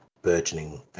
burgeoning